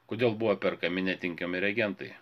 kodėl buvo perkami netinkami reagentai